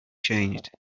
changed